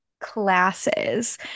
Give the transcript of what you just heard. classes